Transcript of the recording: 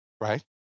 Right